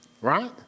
Right